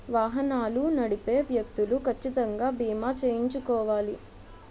వాహనాలు నడిపే వ్యక్తులు కచ్చితంగా బీమా చేయించుకోవాలి